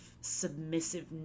submissive